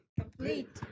Complete